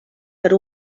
per